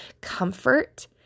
comfort